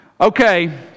okay